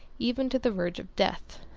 even to the verge of death.